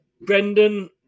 Brendan